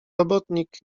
robotnik